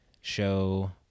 show